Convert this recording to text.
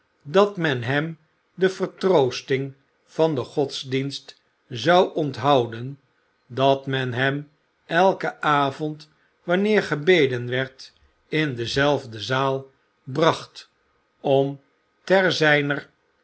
dat men hem de vertroostingen van den godsdienst zou onthouden dat men hem eiken avond wanneer gebeden werd in dezelfde zaal bracht om ter zijner